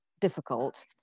difficult